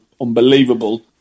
unbelievable